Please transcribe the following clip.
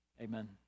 Amen